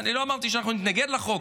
אני לא אמרתי שאנחנו נתנגד לחוק,